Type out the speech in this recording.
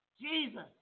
Jesus